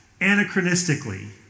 anachronistically